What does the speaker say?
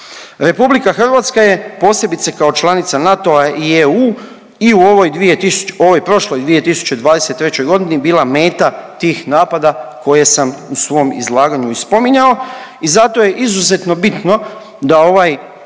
prostoru. RH je posebice kao članica NATO-a i EU i u ovoj 200…, u ovoj prošloj 2023.g. bila meta tih napada koje sam u svom izlaganju i spominjao i zato je izuzetno bitno da ovaj